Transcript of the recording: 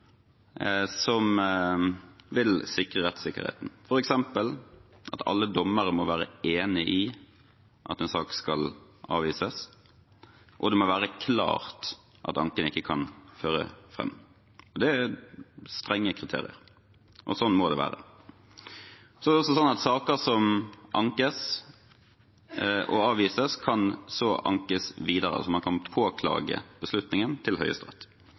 som vil sikre rettssikkerheten, f.eks. at alle dommere må være enig i at en sak skal avvises, og det må være klart at anken ikke kan føre fram. Det er strenge kriterier, og slik må det være. Det er også slik at saker som ankes og avvises, så kan ankes videre – man kan påklage beslutningen til